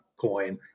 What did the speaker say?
coin